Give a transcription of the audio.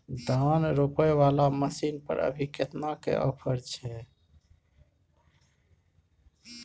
धान रोपय वाला मसीन पर अभी केतना के ऑफर छै?